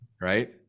Right